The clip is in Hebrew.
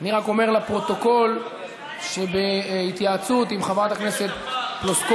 אני רק אומר לפרוטוקול שבהתייעצות עם חברת הכנסת פלוסקוב,